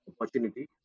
opportunity